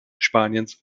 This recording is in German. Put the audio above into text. spaniens